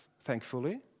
thankfully